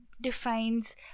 defines